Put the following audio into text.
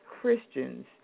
Christians